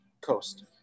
coast